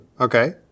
Okay